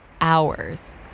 hours